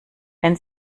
wenn